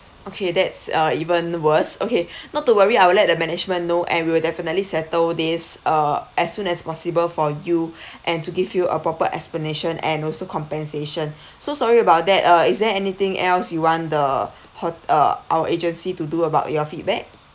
okay that's uh even worse okay not to worry I will let the management know and we will definitely settle this uh as soon as possible for you and to give you a proper explanation and also compensation so sorry about that uh is there anything else you want the hot~ uh our agency to do about your feedback